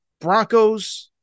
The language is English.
Broncos